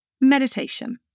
Meditation